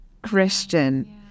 Christian